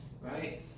Right